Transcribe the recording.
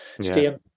stay